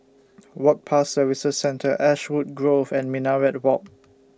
Work Pass Services Centre Ashwood Grove and Minaret Walk